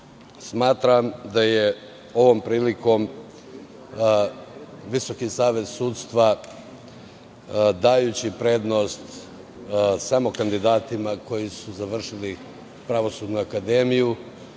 smatram da je ovom prilikom Visoki savet sudstva, dajući prednost samo kandidatima koji su završili pravosudnu akademiju,